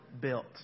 built